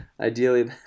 Ideally